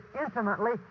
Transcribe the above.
intimately